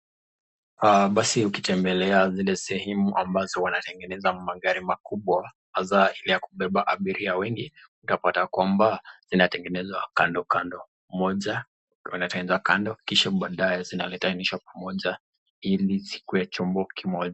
Ah basi ukitembelea zile sehemu ambazo wanatengeneza magari makubwa hasa ile ya kubeba abiria wengi, utapata kwamba zinatengenezwa kando kando. Moja inatengenezwa kando kisha baadaye zinaletanishwa pamoja ili zikuwe chombo kimoja.